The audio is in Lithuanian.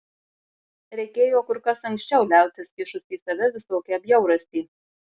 reikėjo kur kas anksčiau liautis kišus į save visokią bjaurastį